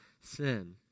sin